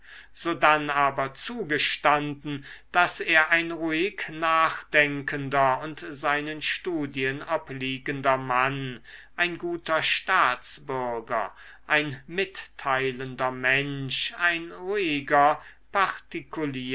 sodann aber zugestanden daß er ein ruhig nachdenkender und seinen studien obliegender mann ein guter staatsbürger ein mitteilender mensch ein ruhiger